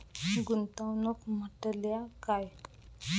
गुंतवणूक म्हटल्या काय?